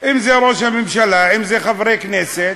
אם ראש הממשלה, עם חברי כנסת,